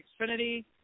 Xfinity